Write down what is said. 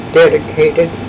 dedicated